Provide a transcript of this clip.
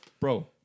Bro